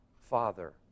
Father